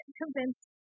convinced